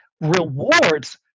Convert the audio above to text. Rewards